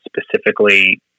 specifically